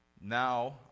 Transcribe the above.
Now